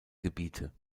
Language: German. gebiete